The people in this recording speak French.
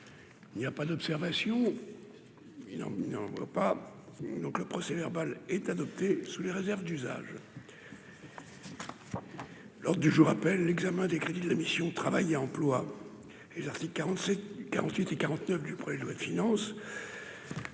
il n'y a pas d'observation il n'pas donc le procès verbal est adopté sous les réserves d'usage lors du jour appelle l'examen des crédits de la mission Travail et emploi et article 47 48 et 49 du projet de loi de finances